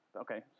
Okay